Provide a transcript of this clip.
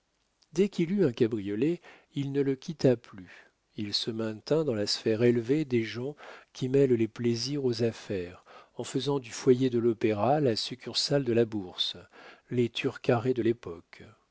dès qu'il eut un cabriolet il ne le quitta plus il se maintint dans la sphère élevée des gens qui mêlent les plaisirs aux affaires en faisant du foyer de l'opéra la succursale de la bourse les turcarets de l'époque